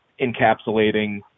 encapsulating